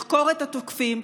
לחקור את התוקפים,